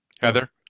heather